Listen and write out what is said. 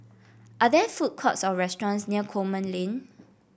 are there food courts or restaurants near Coleman Lane